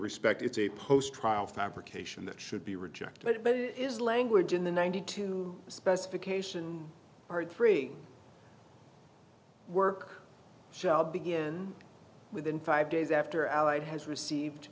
respect it's a post trial fabrication that should be rejected but is language in the ninety two specification hard three work shall begin within five days after allied has received